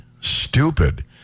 stupid